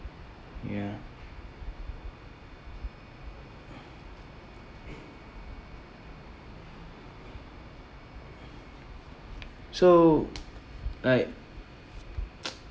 ya so like